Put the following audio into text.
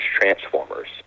transformers